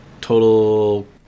total